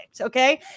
Okay